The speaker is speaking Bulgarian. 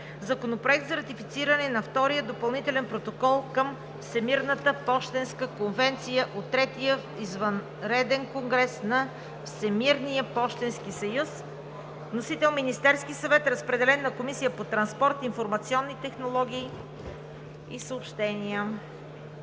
Законопроект за ратифициране на Втория допълнителен протокол към Всемирната пощенска конвенция от третия извънреден конгрес на Всемирния пощенски съюз. Вносител – Министерският съвет. Водеща е Комисията по транспорт, информационни технологии и съобщения.